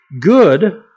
good